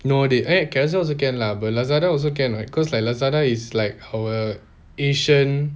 no they add carousell also can lah but lazada also can lah cause like lazada is like our asian